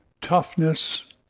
toughness